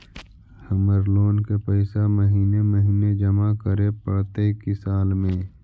हमर लोन के पैसा महिने महिने जमा करे पड़तै कि साल में?